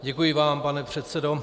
Děkuji vám, pane předsedo.